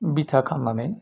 बिथा खालामनानै